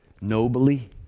nobly